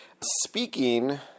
speaking